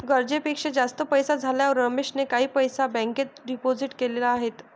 गरजेपेक्षा जास्त पैसे झाल्यावर रमेशने काही पैसे बँकेत डिपोजित केलेले आहेत